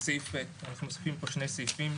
אנחנו מוסיפים פה שני סעיפים,